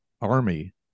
army